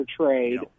trade